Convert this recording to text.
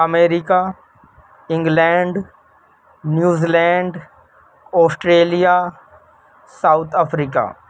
America England New Zealand Australia South Africa